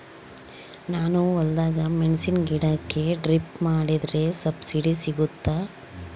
ನಾನು ಹೊಲದಾಗ ಮೆಣಸಿನ ಗಿಡಕ್ಕೆ ಡ್ರಿಪ್ ಮಾಡಿದ್ರೆ ಸಬ್ಸಿಡಿ ಸಿಗುತ್ತಾ?